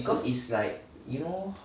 because it's like you know